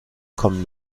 kommen